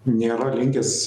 nėra linkęs